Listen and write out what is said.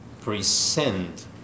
present